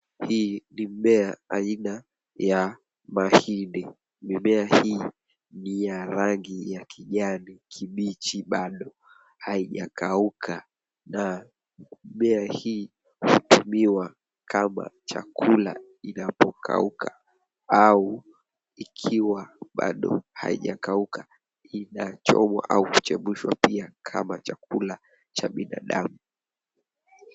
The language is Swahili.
Hii ni mmea aina ya mahindi. Mimea hii ni ya rangi ya kijani kibichi. Bado haijakauka na mimea hii inatumiwa kama chakula inapokauka au ikiwa bado haijakauka. Inachomwa au kuchemshwa pia kama chakula cha binadamu.